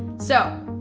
so,